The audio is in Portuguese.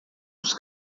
dos